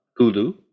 Hulu